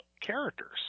characters